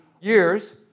years